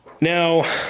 Now